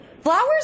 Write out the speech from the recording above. Flowers